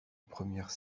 première